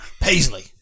Paisley